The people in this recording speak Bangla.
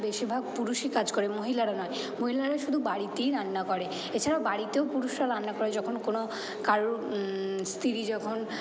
বেশিরভাগ পুরুষই কাজ করে মহিলারা নয় মহিলারা শুধু বাড়িতেই রান্না করে এছাড়াও বাড়িতেও পুরুষরা রান্না করে যখন কোনো কারুর স্ত্রী যখন